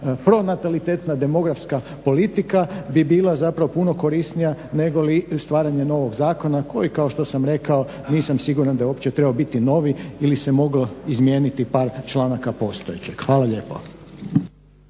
pronatalitetna demografska politika bi bila zapravo puno korisnija nego li stvaranje novog zakona koji kao što sam rekao nisam siguran da je uopće trebao biti novi ili se moglo izmijeniti par članaka postojećeg. Hvala lijepo.